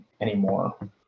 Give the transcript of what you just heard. anymore